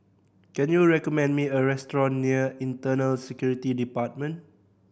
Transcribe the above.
can you recommend me a restaurant near Internal Security Department